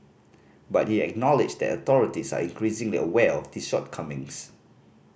but he acknowledged that authorities are increasingly aware of these shortcomings